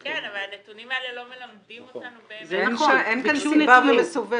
הנתונים האלה לא מלמדים אותנו באמת --- אני רק העליתי --- ואני